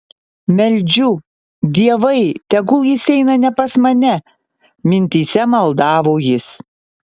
meldžiu dievai tegul jis eina ne pas mane mintyse maldavo jis